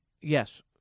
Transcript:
yes